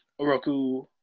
Oroku